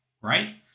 right